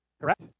Correct